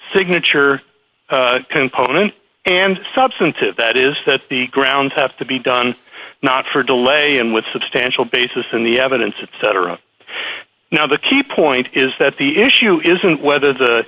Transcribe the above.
signature component and substantive that is that the grounds have to be done not for delay and with substantial basis in the evidence etc now the key point is that the issue isn't whether the